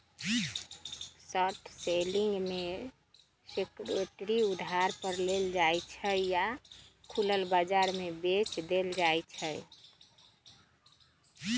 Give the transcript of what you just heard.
short selling में security उधार पर लेल जाइ छइ आऽ खुलल बजार में बेच देल जाइ छइ